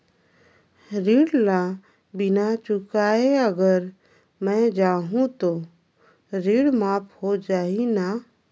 ऋण ला बिना चुकाय अगर मै जाहूं तो ऋण माफ हो जाही न?